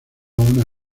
una